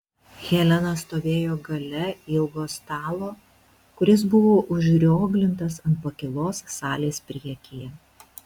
helena stovėjo gale ilgo stalo kuris buvo užrioglintas ant pakylos salės priekyje